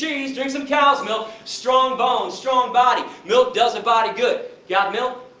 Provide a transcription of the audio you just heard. cheese. drink some cows milk. strong bones, strong body. milk does a body good. got milk?